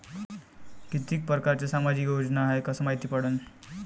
कितीक परकारच्या सामाजिक योजना हाय कस मायती पडन?